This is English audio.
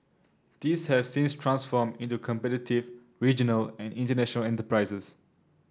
these have since transformed into competitive regional and international enterprises